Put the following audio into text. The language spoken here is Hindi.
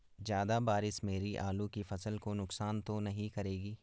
ज़्यादा बारिश मेरी आलू की फसल को नुकसान तो नहीं करेगी?